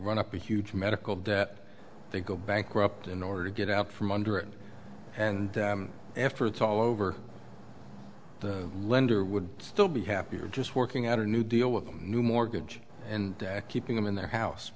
run up a huge medical debt they go bankrupt in order to get out from under it and after it's all over lender would still be happier just working out a new deal with a new mortgage and keeping them in their house